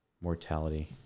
mortality